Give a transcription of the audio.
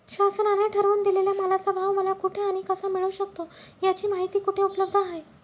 शासनाने ठरवून दिलेल्या मालाचा भाव मला कुठे आणि कसा मिळू शकतो? याची माहिती कुठे उपलब्ध आहे?